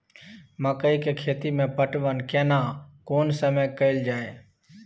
मकई के खेती मे पटवन केना कोन समय कैल जाय?